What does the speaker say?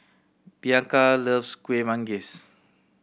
Bianca loves Kueh Manggis